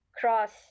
cross